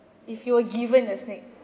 if you were given a snake